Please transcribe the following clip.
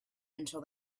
until